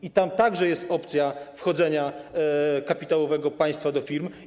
I tam także jest opcja wchodzenia kapitałowego państwa do firm.